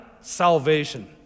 salvation